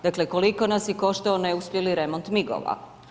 Dakle, koliko nas je koštao neuspjeli remont migova?